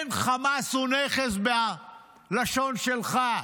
כן, חמאס הוא נכס בלשון שלך,